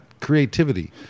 creativity